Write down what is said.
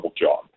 job